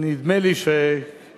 נדמה לי שההתבוננות